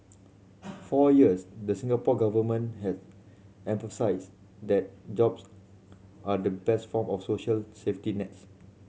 for years the Singapore Government has emphasised that jobs are the best form of social safety nets